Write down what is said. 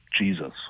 Jesus